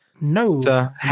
no